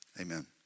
amen